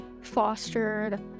fostered